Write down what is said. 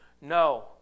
no